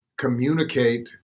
communicate